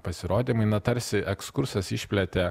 pasirodimai na tarsi ekskursas išplėtė